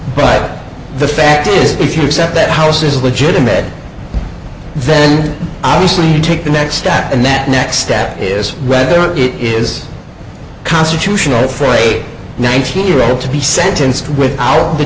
but the fact is if you accept that house is legitimate then obviously you take the next step and that next step is right there it is constitutional for a nineteen year old to be sentenced with